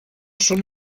son